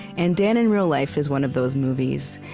and dan in real life is one of those movies.